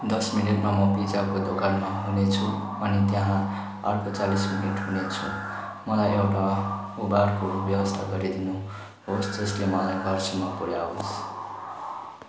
दस मिनटमा म पिज्जाको दोकानमा हुनेछु अनि त्यहाँ अर्को चालिस मिनट हुनेछु मलाई एउटा उबरको व्यवस्था गरिदिनुहोस् जसले मलाई घरसम्म पुऱ्याओस्